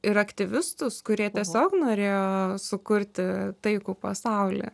ir aktyvistus kurie tiesiog norėjo sukurti taikų pasaulį